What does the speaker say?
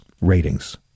ratings